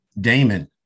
Damon